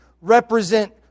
represent